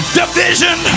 division